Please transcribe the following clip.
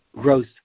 growth